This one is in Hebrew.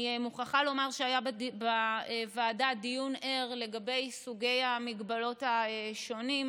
אני מוכרחה לומר שהיה בוועדה דיון ער לגבי סוגי המגבלות השונות,